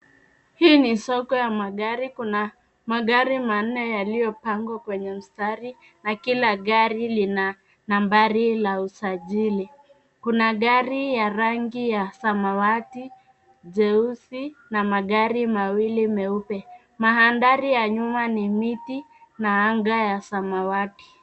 Hii ni soko ya magari. Kuna magari manne yaliyopangwa kwenye mstari na kila gari lina nambari la usajili. Kuna gari ya rangi ya samawati, jeusi na magari mawili meupe. Mandhari ya nyuma ni miti na angaa ya samawati.